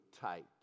tight